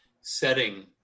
setting